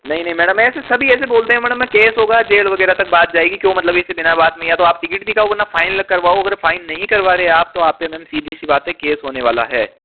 नहीं नहीं मैडम ऐसे सभी ऐसे बोलते हैं मैडम मैं केस होगा जेल वगैरह तक बात जाएगी क्यों मतलब इसे बिना बात में या तो आप टिकट दिखाओ वरना फाइन करवाओ अगर फाइन नहीं करवा रहे है तो आप तो सीधी सी बात है केस होने वाला है